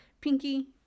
Pinky